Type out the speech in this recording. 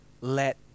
let